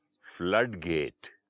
floodgate